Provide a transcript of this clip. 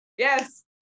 Yes